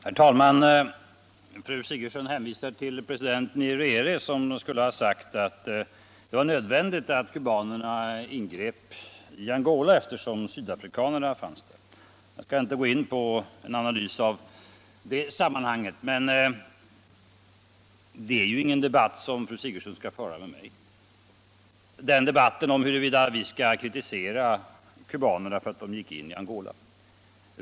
Herr talman! Fru Sigurdsen hänvisade till president Nyerere, som skulle ha sagt att det var nödvändigt att kubanerna ingrep i Angola, eftersom sydafrikanerna fanns där. Jag skall inte gå in på en analys av det sambandet. Men huruvida Sverige skall kritisera kubanerna för att de gick in i Angola är ingen debatt som fru Sigurdsen skall föra med mig.